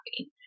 happy